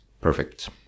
Perfect